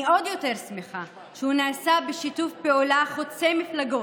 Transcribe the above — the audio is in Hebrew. אני עוד יותר שמחה שהוא נעשה בשיתוף פעולה חוצה מפלגות,